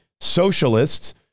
socialists